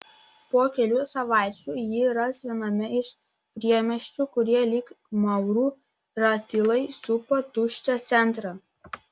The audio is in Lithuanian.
po kelių savaičių jį ras viename iš priemiesčių kurie lyg maurų ratilai supa tuščią centrą